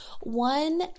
one